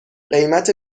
قیمت